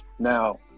now